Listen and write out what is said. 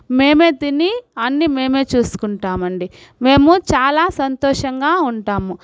మేమే తిని అన్నీ మేమే చూసుకుంటామండీ మేము చాలా సంతోషంగా ఉంటాము